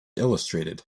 illustrated